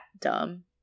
dumb